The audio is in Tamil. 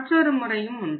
மற்றொரு முறையும் உண்டு